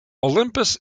olympus